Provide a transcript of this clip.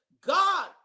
God